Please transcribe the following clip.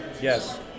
Yes